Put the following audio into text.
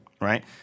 right